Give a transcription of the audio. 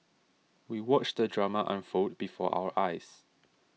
we watched the drama unfold before our eyes